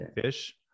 fish